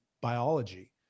biology